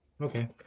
okay